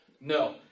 No